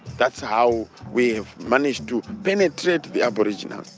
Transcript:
that's how we have managed to penetrate the aboriginal.